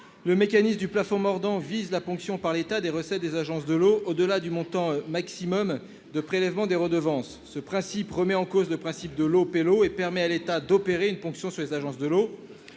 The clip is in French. Le mécanisme du plafond mordant vise la ponction par l'État des recettes des agences de l'eau au-delà du montant maximum de prélèvement des redevances. Ce principe remet en cause celui de « l'eau paie l'eau » et permet à l'État d'opérer une ponction sur les agences de l'eau.